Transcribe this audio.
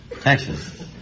Texas